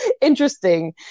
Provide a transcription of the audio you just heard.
interesting